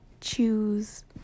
choose